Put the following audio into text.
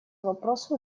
вопросу